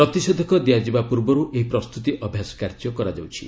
ପ୍ରତିଷେଧକ ଦିଆଯିବା ପୂର୍ବରୁ ଏହି ପ୍ରସ୍ତୁତି ଅଭ୍ୟାସ କାର୍ଯ୍ୟ କରାଯାଉଛି